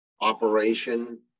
operation